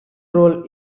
roll